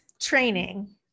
training